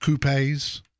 coupes